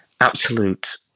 absolute